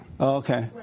Okay